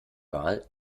wahl